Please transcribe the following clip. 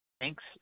Thanks